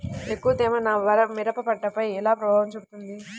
ఎక్కువ తేమ నా మిరప పంటపై ఎలా ప్రభావం చూపుతుంది?